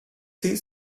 sie